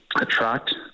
attract